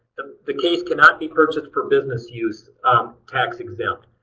the case cannot be purchased for business use um tax exempt.